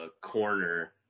corner